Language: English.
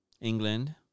England